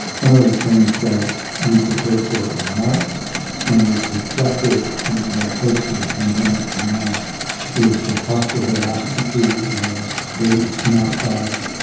one of the things we prepared for in march and is reflected in our approach to the pandemic now is the hospital bed occupancy rates in our province.